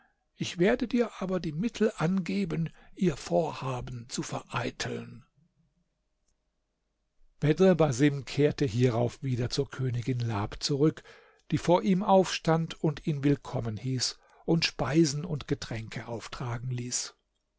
ich werde dir aber die mittel angeben ihr vorhaben zu vereiteln bedr basim kehrte hierauf wieder zur königin lab zurück die vor ihm aufstand und ihn willkommen hieß und speisen und getränke auftragen ließ